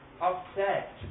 upset